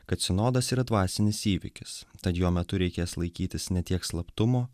kad sinodas yra dvasinis įvykis tad jo metu reikės laikytis ne tiek slaptumo